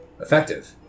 Effective